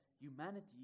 humanity